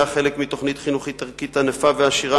חלק מתוכנית חינוכית ערכית ענפה ועשירה,